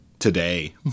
today